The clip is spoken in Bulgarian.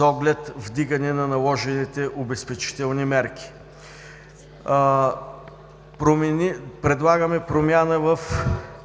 оглед вдигане на наложените обезпечителни мерки. Предлагаме промяна в